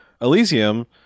Elysium